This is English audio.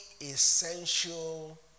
essential